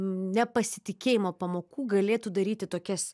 nepasitikėjimo pamokų galėtų daryti tokias